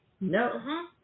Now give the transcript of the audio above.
No